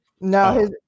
No